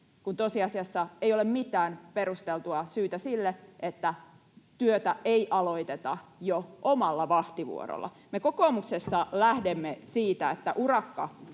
kun tosiasiassa ei ole mitään perusteltua syytä sille, että työtä ei aloiteta jo omalla vahtivuorolla. Me kokoomuksessa lähdemme siitä, että urakka